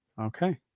okay